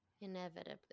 Inevitably